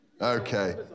Okay